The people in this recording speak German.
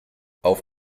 auf